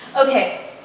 Okay